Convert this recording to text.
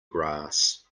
grass